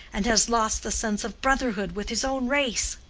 and has lost the sense of brotherhood with his own race?